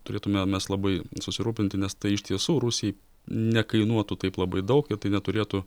turėtume mes labai susirūpinti nes tai iš tiesų rusijai nekainuotų taip labai daug ir tai neturėtų